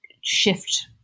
shift